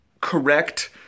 correct